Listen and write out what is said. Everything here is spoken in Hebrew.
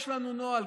יש לנו נוהל,